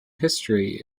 history